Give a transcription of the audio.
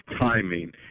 timing